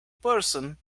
person